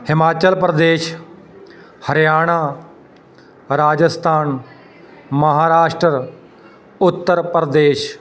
Himachal Pradesh Haryana Rajasthan Maharashtra Uttar Pradesh